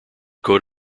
coat